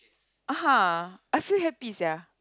ah !huh! I so happy sia